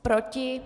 Proti?